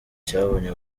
cyabonye